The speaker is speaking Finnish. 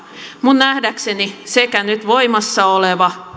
minun nähdäkseni sekä nyt voimassa oleva